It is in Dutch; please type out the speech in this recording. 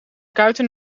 kuiten